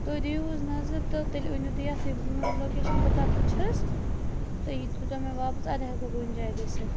تُہۍ دِیِو حٕظ نَظَر تہٕ تیٚلہِ أنِو تُہۍ یَتھی لوکیشَن بہٕ کَتیٚتھ چھَس تہٕ یہِ دیٖتو مےٚ واپَس اَدٕ ہیٚکہِ بہٕ کُنہِ جایہِ گٔسِتھ